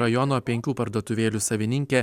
rajono penkių parduotuvėlių savininkė